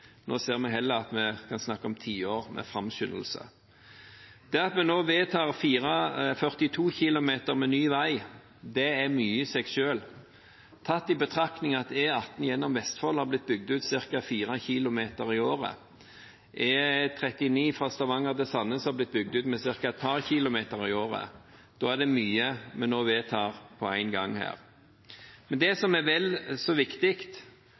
Nå ser vi heller at vi kan snakke om tiår med framskyndelse. At vi nå vedtar 42 km med ny vei, er mye i seg selv. Tatt i betraktning av at E18 gjennom Vestfold har blitt bygd ut med ca. 4 km i året og E39 fra Stavanger til Sandnes med ca. et par kilometer i året, er det mye vi nå vedtar på en gang. Men det som er vel så viktig